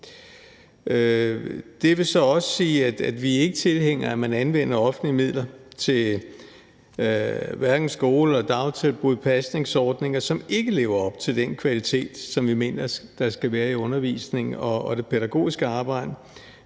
Det vil så også sige, at vi ikke er tilhængere af, at man anvender offentlige midler til skole, dagtilbud eller pasningsordninger, som ikke lever op til den kvalitet, som vi mener der skal være i undervisningen og det pædagogiske arbejde.